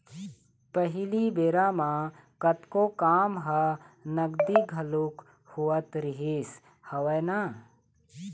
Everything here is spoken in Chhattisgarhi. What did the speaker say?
पहिली के बेरा म कतको काम ह नगदी घलोक होवत रिहिस हवय ना